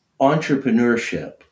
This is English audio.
entrepreneurship